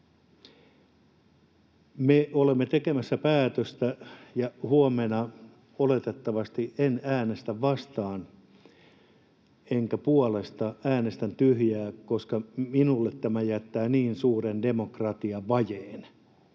Me olemme tekemässä päätöstä, ja huomenna oletettavasti en äänestä vastaan enkä puolesta, vaan äänestän tyhjää, koska minulle tämä jättää niin suuren demokratiavajeen,